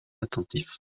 attentif